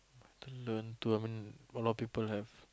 learn to I mean a lot of people have